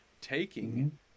taking